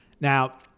Now